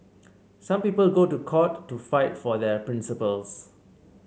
some people go to court to fight for their principles